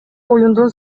оюндун